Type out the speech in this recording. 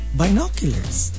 binoculars